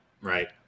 right